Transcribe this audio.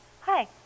Hi